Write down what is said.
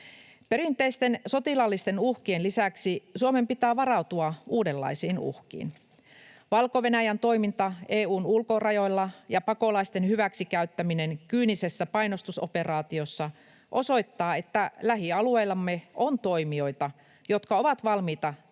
Perinteisten sotilaallisten uhkien lisäksi Suomen pitää varautua uudenlaisiin uhkiin. Valko-Venäjän toiminta EU:n ulkorajoilla ja pakolaisten hyväksikäyttäminen kyynisessä painostusoperaatiossa osoittaa, että lähialueillamme on toimijoita, jotka ovat valmiita täysin